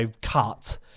cut